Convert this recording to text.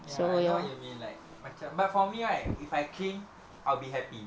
ya I know what you mean like macam but for me right if I clean I'll be happy